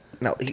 No